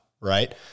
right